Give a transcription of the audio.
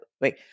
wait